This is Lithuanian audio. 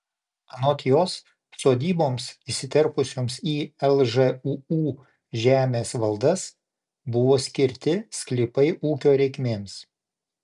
anot jos sodyboms įsiterpusioms į lžūu žemės valdas buvo skirti sklypai ūkio reikmėms